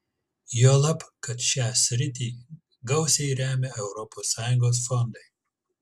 juolab kad šią sritį gausiai remia europos sąjungos fondai